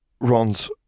Ron's